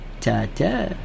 ta-ta